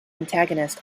antagonist